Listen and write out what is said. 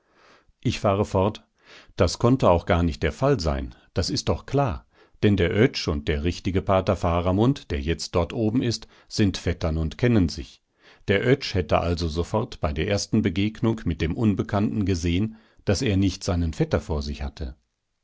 ich fahre fort das konnte auch gar nicht der fall sein das ist doch klar denn der oetsch und der richtige pater faramund der jetzt dort oben ist sind vettern und kennen sich der oetsch hätte also sofort bei der ersten begegnung mit dem unbekannten gesehn daß er nicht seinen vetter vor sich hatte